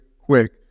quick